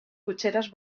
cotxeres